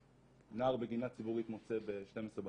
שנער בגינה ציבורית מוצא ב-12 בלילה.